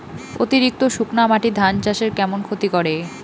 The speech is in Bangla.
অতিরিক্ত শুকনা মাটি ধান চাষের কেমন ক্ষতি করে?